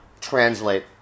translate